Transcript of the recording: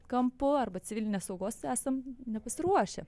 kampu arba civilinės saugos esam nepasiruošę